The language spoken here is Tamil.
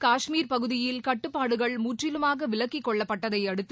காஷ்மீர் பகுதியில் கட்டுப்பாடுகள் முற்றிலுமாக விலக்கி கொள்ளப்பட்டதை அடுத்து